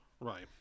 Right